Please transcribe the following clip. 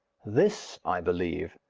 this, i believe,